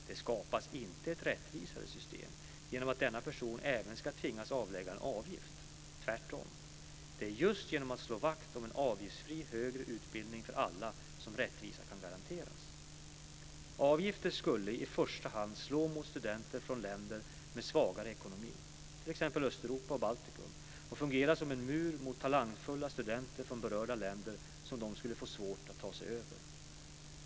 Det skapas inte ett rättvisare system genom att denna person även ska tvingas avlägga en avgift, tvärtom. Det är just genom att slå vakt om en avgiftsfri högre utbildning för alla som rättvisa kan garanteras. Avgifter skulle i första hand slå mot studenter från länder med svagare ekonomi, t.ex. Östeuropa och Baltikum, och fungera som en mur som talangfulla studenter från berörda länder skulle få svårt att ta sig över.